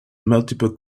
multiple